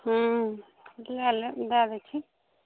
हुँ जुआएल नहि दऽ दै छी